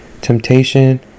temptation